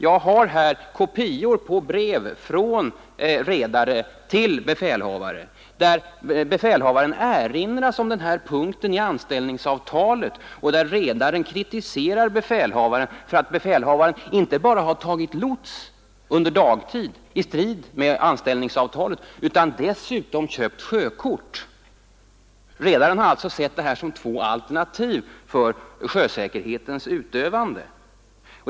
Jag har här kopior av brev från redare till befälhavare där befälhavaren erinras om denna punkt i anställningsavtalet och där redaren kritiserar befälhavaren för att befälhavaren inte bara tagit lots under dagtid i strid med anställningsavtalet utan också köpt sjökort. Redaren har alltså sett det här som två alternativ för sjösäkerhetens utövande.